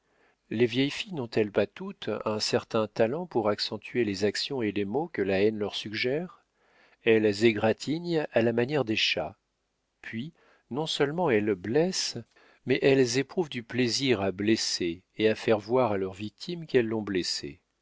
les vieilles filles n'ont-elles pas toutes un certain talent pour accentuer les actions et les mots que la haine leur suggère elles égratignent à la manière des chats puis non-seulement elles blessent mais elles éprouvent du plaisir à blesser et à faire voir à leur victime qu'elles l'ont